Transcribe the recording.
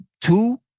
two